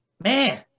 man